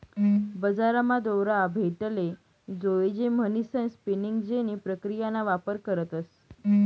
बजारमा दोरा भेटाले जोयजे म्हणीसन स्पिनिंग जेनी प्रक्रियाना वापर करतस